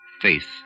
Faith